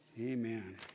Amen